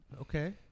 Okay